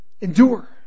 Endure